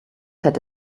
hätte